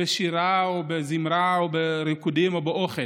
בשירה ובזמרה או בריקודים או באוכל.